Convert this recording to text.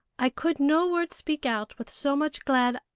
i could no word speak out with so much glad.